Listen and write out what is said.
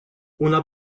una